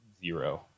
zero